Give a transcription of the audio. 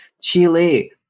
Chile